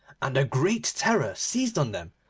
and a great terror seized on them,